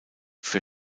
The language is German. für